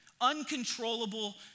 uncontrollable